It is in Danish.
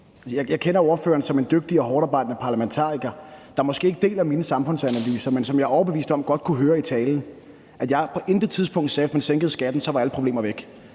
Jeg kender ordføreren som en dygtig og hårdtarbejdende parlamentariker, der måske ikke deler mine samfundsanalyser, men som jeg er overbevist om godt kunne høre i talen, at jeg på intet tidspunkt sagde, at hvis man sænkede skatten, var alle problemer væk.